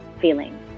feeling